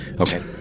Okay